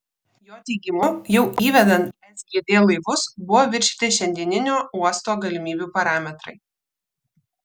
jo teigimu jau įvedant sgd laivus buvo viršyti šiandieninio uosto galimybių parametrai